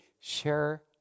share